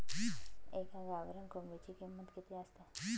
एका गावरान कोंबडीची किंमत किती असते?